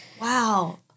Wow